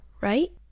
right